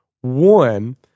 one